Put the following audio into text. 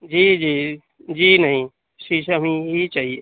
جی جی جی نہیں شیشم ہی چاہیے